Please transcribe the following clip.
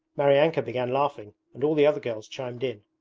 maryanka began laughing and all the other girls chimed in.